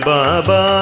Baba